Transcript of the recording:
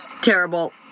Terrible